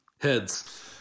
heads